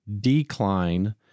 decline